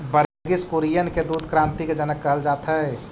वर्गिस कुरियन के दुग्ध क्रान्ति के जनक कहल जात हई